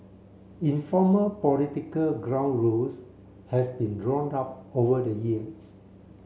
informal political ground rules has been drawn up over the years